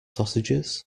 sausages